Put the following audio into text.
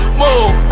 move